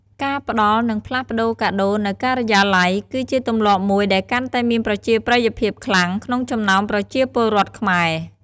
ការផ្តល់និងផ្លាស់ប្ដូរកាដូរនៅការិយាល័យ គឺជាទម្លាប់មួយដែលកាន់តែមានប្រជាប្រិយភាពខ្លាំងក្នុងចំណោមប្រជាពលរដ្ឋខ្មែរ។